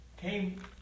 came